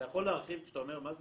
אתה יכול להרחיב כשאתה אומר מה זה